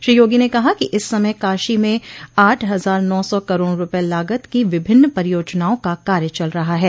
श्री योगी ने कहा है कि इस समय काशी में आठ हजार नौ सौ करोड़ रुपये लागत की विभिन्न परियोजनाओं का कार्य चल रहा है